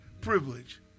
privilege